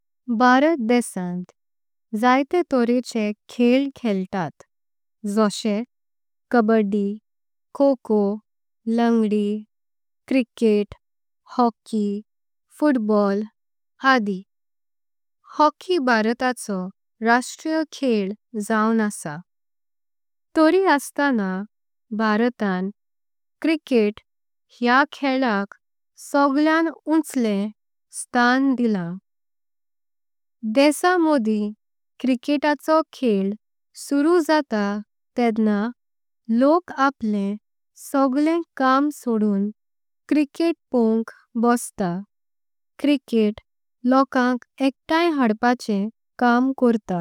भारत देशांत अनेक तऱहेचे खेळ खेळतात जसे कबड्डी। खो खो, लंगडी, क्रिकेट, हॉकी, फुटबॉल आदी। हॉकी भारताचो राष्ट्रीय खेळ जाऊन आसा तरी असताना। भारतान क्रिकेट क्या खेळाक सगळ्यांनी उच्चले स्थान। दिला देशां मदीं क्रिकेटाचो खेळ सुरू जात तेढणा लोक। आपल्या सगळें काम सोडून क्रिकेट पावंक बसतात। क्रिकेट लोकांक एकताईम जोडपांचें काम करता।